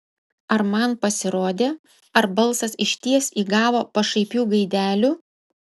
ar man pasirodė ar balsas išties įgavo pašaipių gaidelių